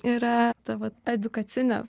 yra ta vat edukacinė